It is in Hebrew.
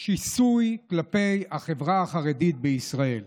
שיסוי כלפי החברה החרדית בישראל.